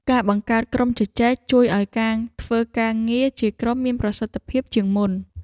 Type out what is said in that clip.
ការបង្កើតក្រុមជជែក ជួយឱ្យការធ្វើការងារជាក្រុមមានប្រសិទ្ធភាពជាងមុន។